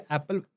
Apple